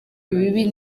ibibi